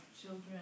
children